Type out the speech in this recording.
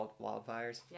wildfires